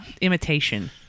Imitation